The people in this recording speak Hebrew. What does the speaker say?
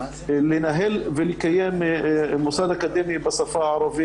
שהקמת מוסד אקדמי מחקרי